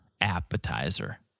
appetizer